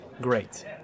Great